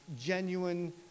genuine